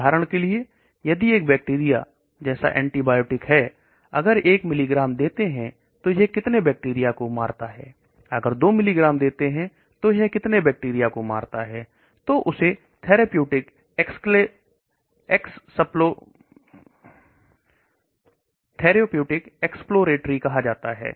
उदाहरण के लिए यदि एक बैक्टीरिया जैसा एंटीबायोटिक है अगर 1 मिलीग्राम देते हैं तो यह कितने बैक्टीरिया को मारता है अगर 2 मिलीग्राम देते हैं तो है कितने बैक्टीरिया को मारता है तो इसे थैरेपीयूटिक एक्सप्लोरेट्री कहा जाता है